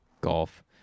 Golf